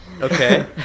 Okay